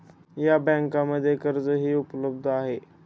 या बँकांमध्ये कर्जही उपलब्ध आहे